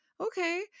Okay